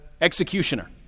executioner